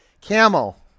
Camel